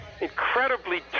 incredibly